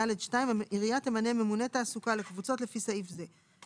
"(ד2) העירייה תמנה ממונה תעסוקה לקבוצות לפי סעיף זה,